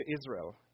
Israel